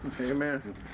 Amen